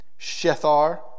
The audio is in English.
Shethar